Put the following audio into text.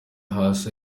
hasi